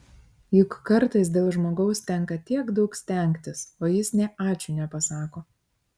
juk kartais dėl žmogaus tenka tiek daug stengtis o jis nė ačiū nepasako